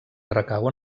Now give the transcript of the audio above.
recau